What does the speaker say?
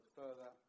further